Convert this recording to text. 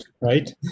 right